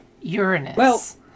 uranus